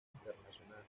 internacionales